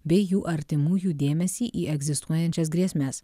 bei jų artimųjų dėmesį į egzistuojančias grėsmes